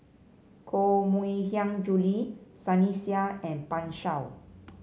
Koh Mui Hiang Julie Sunny Sia and Pan Shou